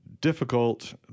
difficult